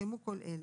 ויתקיימו כל אלה: